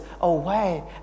away